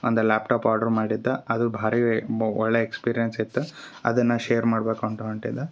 ಒಂದು laptop order ಮಾಡಿದ್ದ ಅದು ಭಾರಿ ಮೊ ಒಳ್ಳೆಯ ಎಕ್ಸ್ಪೀರಿಯನ್ಸ್ ಇತ್ತು ಅದನ್ನ ಶೇರ್ ಮಾಡಬೇಕು ಅಂತ ಹೊಂಟಿದ